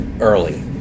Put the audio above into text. early